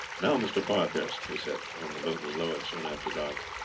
now, mr. parkhurst, he said, when the boat was lowered soon after dark,